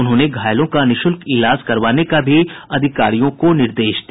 उन्होंने घायलों का निःशुल्क इलाज करवाने का भी अधिकारियों को निर्देश दिया